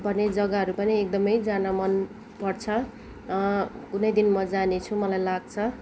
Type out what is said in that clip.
भन्ने जग्गाहरू पनि एकदमै जान मनपर्छ कुनै दिन म जानेछु मलाई लाग्छ